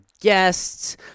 guests